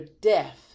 death